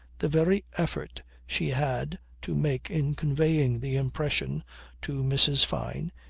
the very effort she had to make in conveying the impression to mrs. fyne,